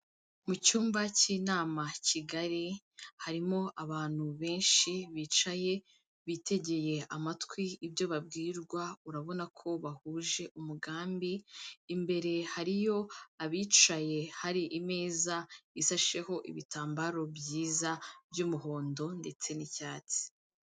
Mu cyumba cy'inama kigari, harimo abantu benshi bicaye bitegeye amatwi ibyo babwirwa, urabona ko bahuje umugambi, imbere hariyo abicaye, hari imeza isasheho ibitambaro byiza by'umuhondo ndetse n'icyatsi.